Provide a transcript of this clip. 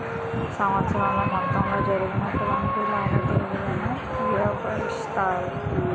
సంవత్సరం మొత్తంలో జరిగినటువంటి లావాదేవీలను పర్యవేక్షిస్తారు